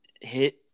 hit